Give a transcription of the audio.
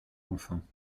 enfant